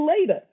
later